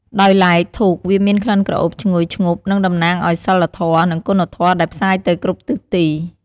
ដោយឡែក ធូប វាមានក្លិនក្រអូបឈ្ងុយឈ្ងប់និងតំណាងឱ្យសីលធម៌ និងគុណធម៌ដែលផ្សាយទៅគ្រប់ទិសទី។